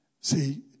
See